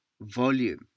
volume